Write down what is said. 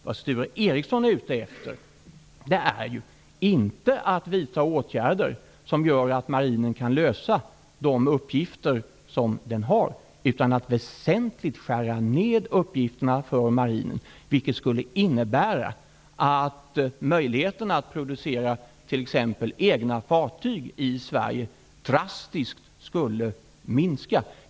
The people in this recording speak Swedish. Vad Sture Ericson är ute efter är inte att vidta åtgärder som gör att marinen kan fullfölja de uppgifter som den har. Han är ute efter att väsentligt skära ned uppgifterna för marinen, vilket skulle innebära att möjligheterna att producera t.ex. egna fartyg i Sverige drastiskt skulle minska.